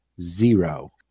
Zero